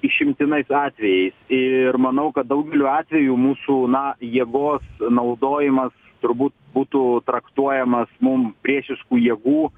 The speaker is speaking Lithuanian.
išimtinais atvejais ir manau kad daugeliu atvejų mūsų na jėgos naudojimas turbūt būtų traktuojamas mum priešiškų jėgų